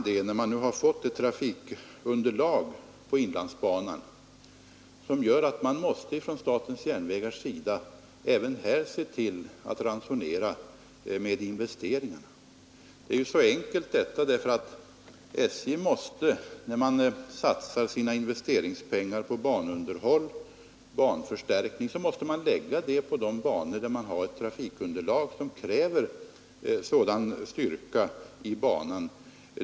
Det beror på att trafikunderlaget på inlandsbanan nu är sådant att statens järnvägar även här måste se till att ransonera investeringarna. När SJ satsar sina investeringspengar på banunderhåll och banförstärkning måste det ske på de banor där det finns ett trafikunderlag som kräver en viss styrka på banan.